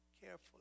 carefully